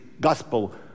gospel